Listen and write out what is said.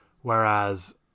Whereas